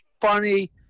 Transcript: funny